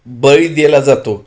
बळी दिला जातो